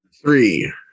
Three